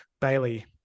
Bailey